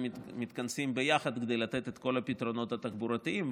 שמתכנסים ביחד כדי לתת את כל הפתרונות התחבורתיים,